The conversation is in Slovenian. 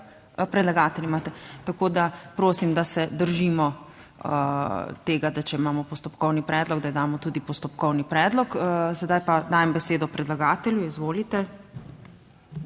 tako da prosim, da se držimo tega, da če imamo postopkovni predlog, da damo tudi postopkovni predlog. Sedaj pa dajem besedo predlagatelju. Izvolite.